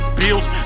bills